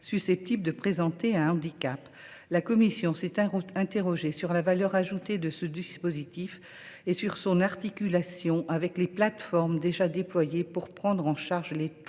susceptibles de présenter un handicap. La commission s’est interrogée sur la valeur ajoutée de ce dispositif, comme sur son articulation avec les plateformes déjà déployées pour prendre en charge les troubles